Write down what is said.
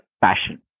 passion